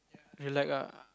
relax ah